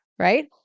right